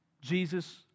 Jesus